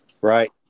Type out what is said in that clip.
right